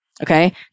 Okay